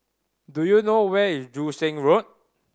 do you know where is Joo Seng Road